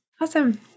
Awesome